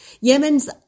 Yemen's